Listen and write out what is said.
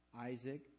Isaac